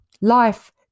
Life